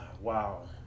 Wow